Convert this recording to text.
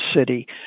City